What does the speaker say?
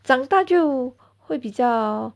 长大就会比较